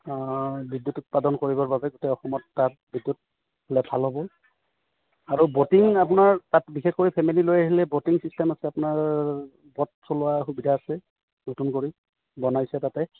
বিদ্যুৎ উৎপাদন কৰিবৰ বাবে গোটেই অসমত তাত বিদ্যুৎ হলে ভাল হ'ব আৰু ব'টিং আপোনাৰ তাত বিশেষকৈ ফেমিলী লৈ আহিলে ব'টিং ছিষ্টেম আছে আপোনাৰ ব'ট চলোৱা সুবিধা আছে নতুন কৰি বনাইছে তাতে